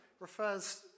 refers